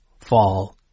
Fall